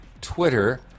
Twitter